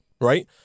right